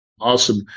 Awesome